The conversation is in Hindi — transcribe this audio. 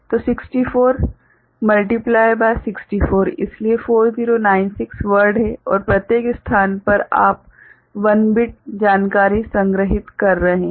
तो 64 गुणित 64 इसलिए 4096 वर्ड हैं और प्रत्येक स्थान पर आप 1 बिट जानकारी संग्रहीत कर रहे हैं